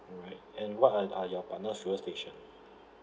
all right and what are are your partner fuel station